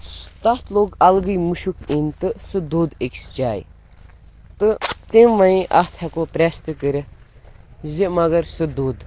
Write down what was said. سُہ تَتھ لوٚگ اَلگٕے مُشُک یِنۍ تہٕ سُہ دوٚد أکِس جایہِ تہٕ تٔمۍ وَنے اَتھ ہٮ۪کو پرٛٮ۪س تہِ کٔرِتھ زِ مگر سُہ دوٚد